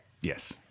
Yes